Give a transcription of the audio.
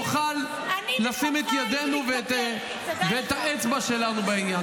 -- שנוכל לשים את ידנו ואת האצבע שלנו בעניין.